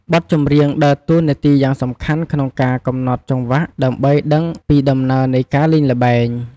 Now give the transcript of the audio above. បទច្រៀងដើរតួនាទីយ៉ាងសំខាន់ក្នុងការ កំណត់ចង្វាក់ ដើម្បីដឹងពីដំណើរនៃការលេងល្បែង។